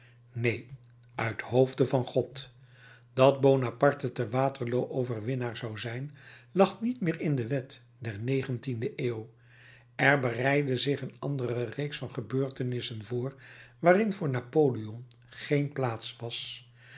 neen uithoofde van god dat bonaparte te waterloo overwinnaar zou zijn lag niet meer in de wet der negentiende eeuw er bereidde zich een andere reeks van gebeurtenissen voor waarin voor napoleon geen plaats was